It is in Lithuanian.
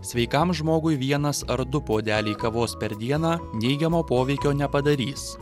sveikam žmogui vienas ar du puodeliai kavos per dieną neigiamo poveikio nepadarys